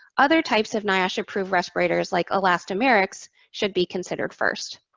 other types of niosh approved respirators, like elastomerics, should be considered first.